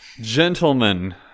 Gentlemen